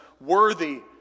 worthy